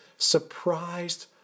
surprised